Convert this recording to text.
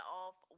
off